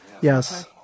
Yes